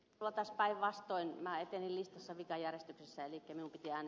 ootas päinvastoin näitten eli se mitä järjestyksessä eli pitkään